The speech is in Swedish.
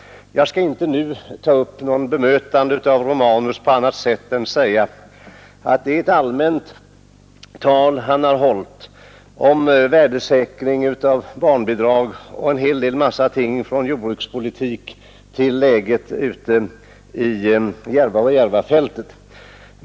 Jag skall inte bemöta honom på annat sätt än genom att säga att det är ett allmänt tal han har hållit om värdesäkring av barnbidrag och om en hel del annat, från jordbrukspolitik till läget på Järvafältet.